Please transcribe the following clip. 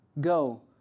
Go